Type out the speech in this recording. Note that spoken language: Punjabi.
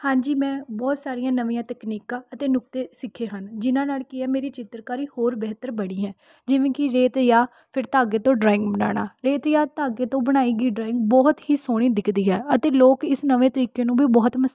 ਹਾਂਜੀ ਮੈਂ ਬਹੁਤ ਸਾਰੀਆਂ ਨਵੀਆਂ ਤਕਨੀਕਾਂ ਅਤੇ ਨੁਕਤੇ ਸਿੱਖੇ ਹਨ ਜਿਨ੍ਹਾਂ ਨਾਲ ਕੀ ਹੈ ਮੇਰੀ ਚਿੱਤਰਕਾਰੀ ਹੋਰ ਬਿਹਤਰ ਬਣੀ ਹੈ ਜਿਵੇਂ ਕਿ ਰੇਤ ਯਾ ਫਿਰ ਧਾਗੇ ਤੋਂ ਡਰਾਇੰਗ ਬਣਾਉਣਾ ਰੇਤ ਯਾ ਧਾਗੇ ਤੋਂ ਬਣਾਈ ਗਈ ਡਰਾਇੰਗ ਬਹੁਤ ਹੀ ਸੋਹਣੀ ਦਿਖਦੀ ਹੈ ਅਤੇ ਲੋਕ ਇਸ ਨਵੇਂ ਤਰੀਕੇ ਨੂੰ ਵੀ ਬਹੁਤ ਮਸ